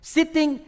Sitting